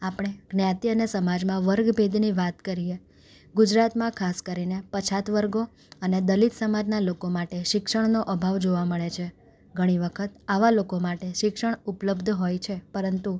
આપણે જ્ઞાતિ અને સમાજમાં વર્ગભેદની વાત કરીએ ગુજરાતમાં ખાસ કરીને પછાત વર્ગો અને દલિત સમાજના લોકો માટે શિક્ષણનો અભાવ જોવા મળે છે ઘણી વખત આવા લોકો માટે શિક્ષણ ઉપ્લબ્ધ હોય છે પરંતુ